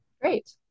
Great